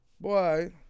boy